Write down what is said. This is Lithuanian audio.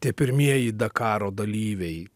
tie pirmieji dakaro dalyviai